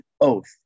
oath